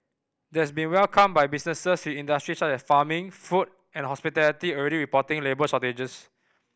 that's been welcomed by businesses with industries such as farming food and hospitality already reporting labour shortages